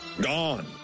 Gone